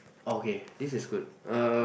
okay this is good uh